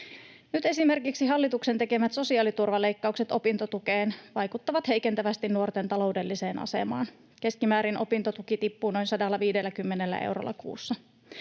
Nyt esimerkiksi hallituksen tekemät sosiaaliturvaleikkaukset opintotukeen vaikuttavat heikentävästi nuorten taloudelliseen asemaan. Keskimäärin opintotuki tippuu noin 150 eurolla kuussa.